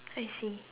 I see